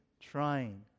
trying